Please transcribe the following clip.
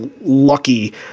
lucky